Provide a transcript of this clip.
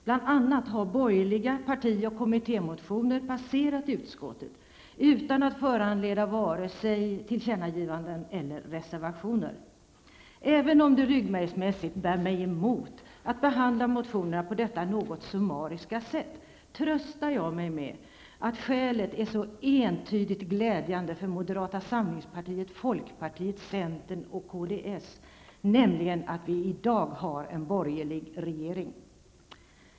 Bl.a. har borgerliga parti och kommittémotioner passerat utskottet utan att föranleda vare sig tillkännagivanden eller reservationer. Även om det ryggmärgsmässigt bär mig emot att behandla motionerna på detta något summariska sätt, tröstar jag mig med att skälet är så entydigt glädjande för moderata samlingspartiet, folkpartiet, centern och kds, nämligen att vi i dag har en borgerlig regering.